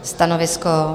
Stanovisko?